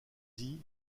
saisis